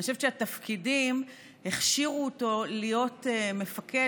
אני חושבת שהתפקידים הכשירו אותו להיות מפקד